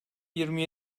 yirmi